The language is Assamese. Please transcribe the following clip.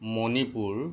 মণিপুৰ